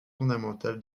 fondamentale